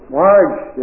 large